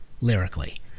lyrically